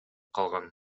калган